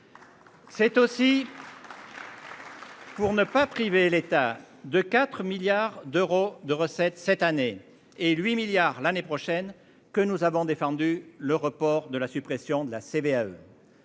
C'est aussi. Pour ne pas priver l'État de 4 milliards d'euros de recettes cette année et 8 milliards l'année prochaine que nous avons défendu le report de la suppression de la CVAE.